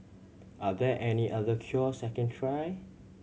are there any other cures I can try